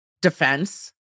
defense